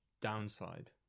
downside